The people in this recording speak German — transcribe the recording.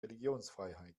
religionsfreiheit